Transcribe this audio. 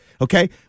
okay